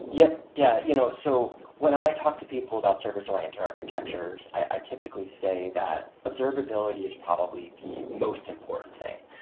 yeah. yeah you know so when i talk to people about service-oriented architectures, i typically say that observability is probably the most important thing.